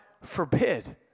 forbid